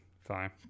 Fine